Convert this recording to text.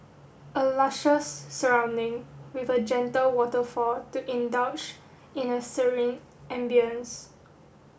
a luscious surrounding with a gentle waterfall to indulge in a serene ambience